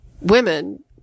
women